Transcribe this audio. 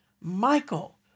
Michael